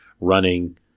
running